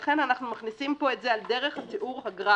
לכן אנחנו מכניסים את זה פה על דרך התיאור הגרפי.